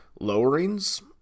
lowerings